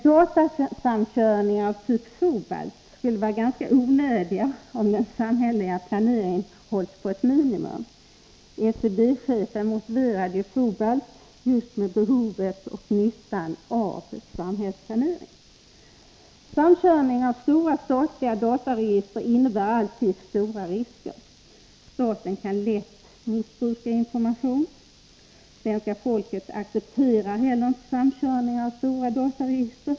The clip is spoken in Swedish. Datasamkörningar av typ Fobalt skulle vara ganska onödiga om den samhälleliga planeringen hålls på ett minimum. SCB-chefen motiverade Fobalt just med behovet och nyttan av samhällsplanering. Samkörning av stora statliga dataregister innebär alltid stora risker. Staten kan lätt missbruka information. Svenska folket accepterar inte heller samkörning av stora dataregister.